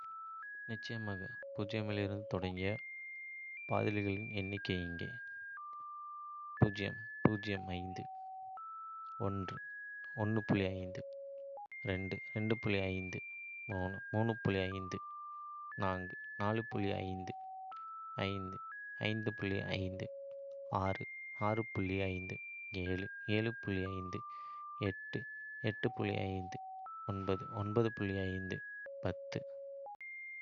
நிச்சயமாக, இலிருந்து தொடங்கி பாதிகளின் எண்ணிக்கை இங்கே. நீங்கள் விரும்பினால் நான் எண்ணிக்கொண்டே இருக்கலாம்.